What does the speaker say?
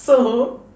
so